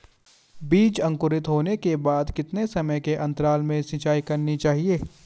बीज अंकुरित होने के बाद कितने समय के अंतराल में सिंचाई करनी चाहिए?